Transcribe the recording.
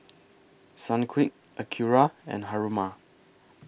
Sunquick Acura and Haruma